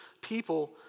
people